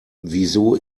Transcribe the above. wieso